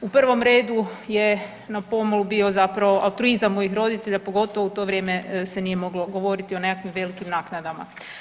U prvom redu je na pomolu bio zapravo altruizam mojih roditelja, pogotovo u to vrijeme se nije moglo govoriti o nekakvim velikim naknadama.